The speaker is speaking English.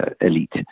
elite